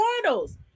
portals